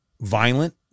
violent